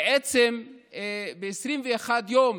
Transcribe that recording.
ב-21 יום,